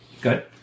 Good